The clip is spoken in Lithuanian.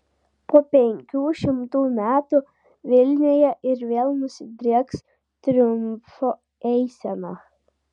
po penkių šimtų metų vilniuje ir vėl nusidrieks triumfo eisena